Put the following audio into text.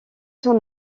son